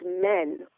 men